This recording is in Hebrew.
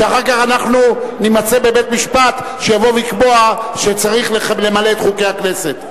שאחר כך אנחנו נימצא בבית-משפט שיבוא ויקבע שצריך למלא את חוקי הכנסת.